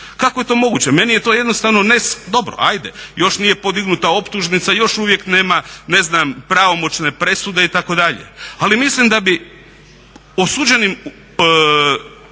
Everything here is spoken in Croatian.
Kako je to moguće? Meni je to jednostavno, dobro, ajde još nije podignuta optužnica, još uvijek nema, ne znam pravomoćne presude itd.. Ali mislim da bi osuđenim